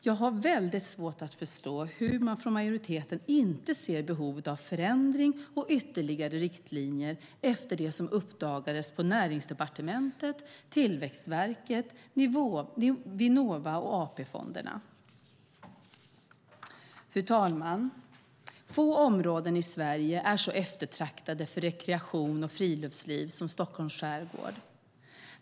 Jag har väldigt svårt att förstå hur man från majoriteten inte ser behovet av förändring och ytterligare riktlinjer efter det som uppdagades på Näringsdepartement, Tillväxtverket, Vinnova och AP-fonderna. Fru talman! Få områden i Sverige är så eftertraktade för rekreation och friluftsliv som Stockholms skärgård.